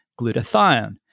glutathione